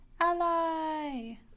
Ally